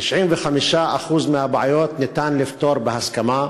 95% מהבעיות ניתן לפתור בהסכמה,